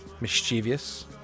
mischievous